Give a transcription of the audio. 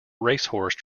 racehorse